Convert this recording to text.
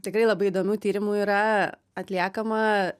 tikrai labai įdomių tyrimų yra atliekama